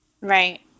Right